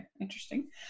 interesting